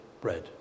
bread